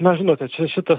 na žinote čia šitas